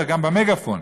גם במגפון.